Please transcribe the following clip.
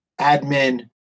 admin